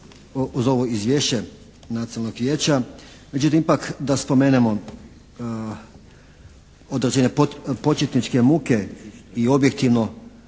uz ovo izvješće nacionalnog vijeća, međutim ipak da spomenemo određene početničke muke i objektivno